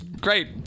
Great